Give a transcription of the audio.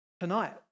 Tonight